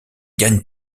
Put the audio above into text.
gagne